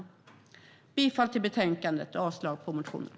Jag yrkar bifall till förslaget i betänkandet och avslag på motionerna.